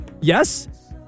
yes